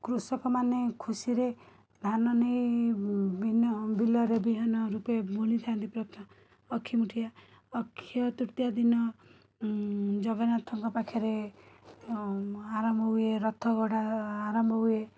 କୃଷକମାନେ ଖୁସିରେ ଧାନନେଇ ବିଲରେ ବିହନ ରୂପେ ବୁଣିଥାନ୍ତି ଅକ୍ଷିମୁଠିଆ ଅକ୍ଷୟତୃତୀୟା ଦିନ ଜଗନ୍ନାଥଙ୍କ ପାଖରେ ଆରମ୍ଭ ହୁଏ ରଥଗଢ଼ା ଆରମ୍ଭ ହୁଏ